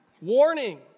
Warning